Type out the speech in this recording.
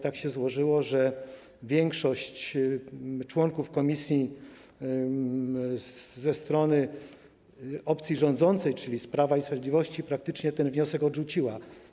Tak się złożyło, że większość członków komisji ze strony opcji rządzącej, czyli z Prawa i Sprawiedliwości, praktycznie ten wniosek odrzuciła.